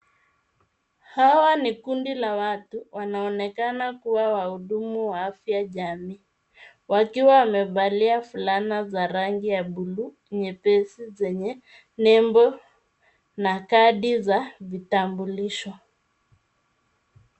Hawa ni kundi la watu wanaonekana kuwa wahudumu wa afya jamii, wakiwa wamevalia fulana za rangi ya bluu nyepesi, zenye nembo na kadi za vitambulisho.